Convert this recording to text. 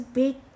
big